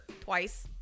twice